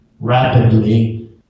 rapidly